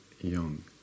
young